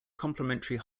complementary